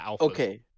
Okay